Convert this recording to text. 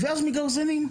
ואז מגרזנים.